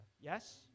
Yes